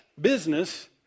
business